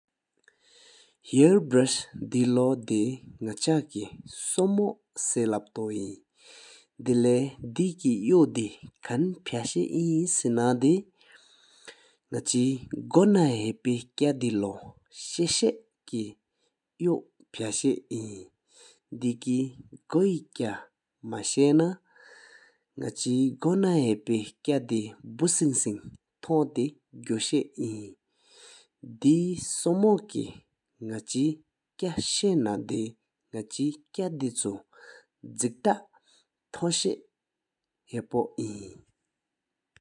ཧེར་བྲུཤ་དེལོ་དེ་ནག་ཆ་སྐར་སོ་མོ་སེ་ལབ་ཏོ་ཨིན། དེ་ལེ་དེ་ཀེ་ཡོ་དེ་ཁ་ཕ་ཤ་ཨིན་སེ་ན་དེ་ནག་ཆེ་གོ་ན་ཧ་ཕེ་ཀ་དེ་ལོ་ཤ་ཤ་ཀེ་ཡོ་ཕ་ཤ་ཨིན། དེ་ཀེ་གོ་ཧེ་ཀ་མ་ཤ་ན་དེ་ནག་ཆེ་གོ་ན་ཧ་ཕེ་ཀ་དེ་བུ་སིང་སིང་ཐན་དེ་དགུ་ཤ་ཨིན། དེ་སོ་མོ་ཀེ་ནག་ཆེ་ཀ་ཤ་ན་དེ་ནག་ཆེ་ཀ་དེ་ཆུ་གཅིག་ཐང་ཏ་ཐོང་ཤ་ཧ་པོ་ཨིན།